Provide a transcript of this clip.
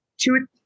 two